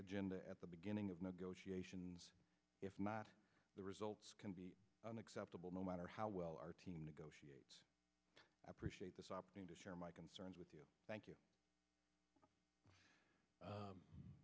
agenda at the beginning of negotiations if the results can be unacceptable no matter how well our team negotiates appreciate this opportunity to share my concerns you know thank you